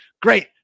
great